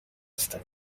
هستن